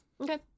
Okay